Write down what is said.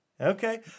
Okay